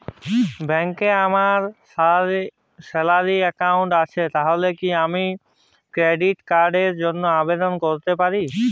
ব্যাংকে আমার salary account আছে তাহলে কি আমি ক্রেডিট কার্ড র জন্য আবেদন করতে পারি?